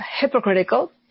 hypocritical